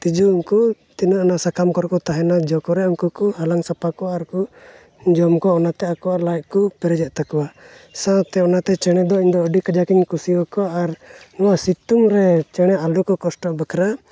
ᱛᱤᱡᱩ ᱩᱱᱠᱩ ᱛᱤᱱᱟᱹᱜ ᱚᱱᱟ ᱥᱟᱠᱟᱢ ᱠᱚᱨᱮ ᱠᱚ ᱛᱟᱦᱮᱱᱟ ᱡᱚ ᱠᱚᱨᱮ ᱩᱱᱠᱩᱠᱚ ᱦᱟᱞᱟᱝ ᱥᱟᱯᱷᱟ ᱠᱚᱣᱟ ᱟᱨᱠᱚ ᱡᱚᱢ ᱠᱚᱣᱟ ᱚᱱᱟᱛᱮ ᱟᱠᱚᱣᱟᱜ ᱞᱟᱡ ᱠᱚ ᱯᱮᱨᱮᱡᱮᱫ ᱛᱟᱠᱚᱣᱟ ᱥᱟᱶᱛᱮ ᱚᱱᱟᱛᱮ ᱪᱮᱬᱮ ᱫᱚ ᱤᱧᱫᱚ ᱟᱹᱰᱤ ᱠᱟᱡᱟᱠᱤᱧ ᱠᱩᱥᱤᱭᱟᱠᱚᱣᱟ ᱟᱨ ᱱᱚᱣᱟ ᱥᱤᱛᱩᱝ ᱨᱮ ᱪᱮᱬᱮ ᱟᱞᱚᱠᱚ ᱠᱚᱥᱴᱚᱜ ᱵᱟᱠᱷᱨᱟ